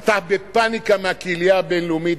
אתה בפניקה מהקהילייה הבין-לאומית,